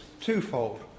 twofold